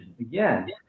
again